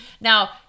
Now